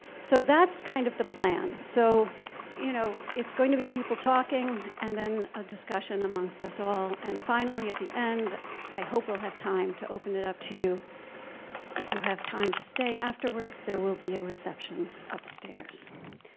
so that's kind of the plan so you know it's going to be people talking and then a discussion amongst us all and finally at the end i hope we'll have time to open it up to you if you have time to stay afterwards there will be a reception upstairs.